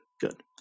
good